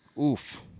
Oof